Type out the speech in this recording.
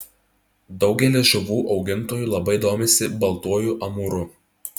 daugelis žuvų augintojų labai domisi baltuoju amūru